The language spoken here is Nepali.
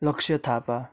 लक्ष्य थापा